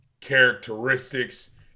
characteristics